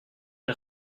une